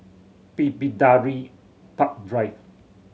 Bidadari Park Drive